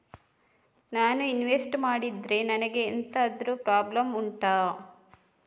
ನಾನು ಇನ್ವೆಸ್ಟ್ ಮಾಡಿದ್ರೆ ನನಗೆ ಎಂತಾದ್ರು ಪ್ರಾಬ್ಲಮ್ ಉಂಟಾ